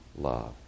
love